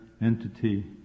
entity